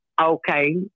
Okay